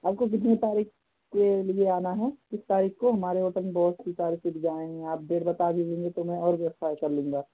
आपको कितने तारीख़ के लिए आना है किस तारीख़ को हमारे होटल में बहुत सी तारीख़ को तो जाएँगे आप डेट बता दीजिए नहीं तो मैं और भी व्यवस्थाएँ कर लूँगा